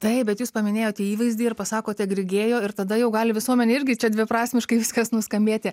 taip bet jūs paminėjote įvaizdį ir pasakote grigėjo ir tada jau gali visuomenei irgi čia dviprasmiškai viskas nuskambėti